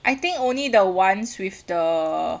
I think only the ones with the